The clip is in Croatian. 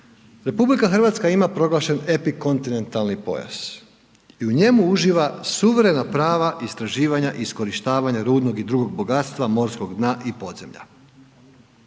područja RH, RH ima proglašen epikontinentalni pojas i u njemu uživa suverena prava istraživanja i iskorištavanja rudnog i drugog bogatstva morskog dna i podzemlja.